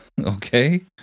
Okay